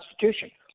Constitution